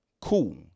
Cool